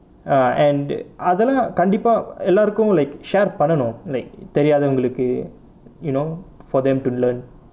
ah and அதைல்லாம் கண்டிப்பா எல்லாருக்கும்:athaillaam kandippaa ellarukkum like share பண்ணனும்:pannanum like தெரியாதவங்களுக்கு:theriyaathavangalukku you know for them to learn